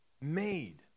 made